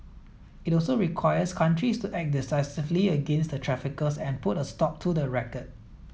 it also requires countries to act decisively against the traffickers and put a stop to the racket